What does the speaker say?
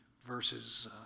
verses